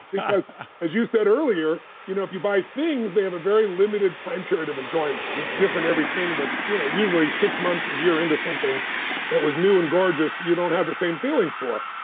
because as you said earlier, you know if you buy things, they have a very limited time period of enjoyment it's different with everything, but you know usually six months, a year into something that was new and gorgeous, you don't have the same feelings for